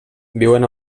viuen